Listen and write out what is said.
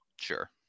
Sure